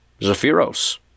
Zephyros